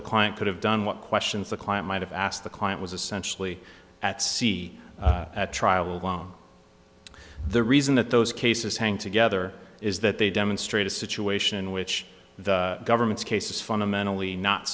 the client could have done what questions the client might have asked the client was essentially at sea at trial the reason that those cases hang together is that they demonstrate a situation in which the government's case is fundamentally not